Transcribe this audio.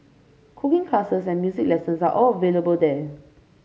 cooking classes and music lessons are all available there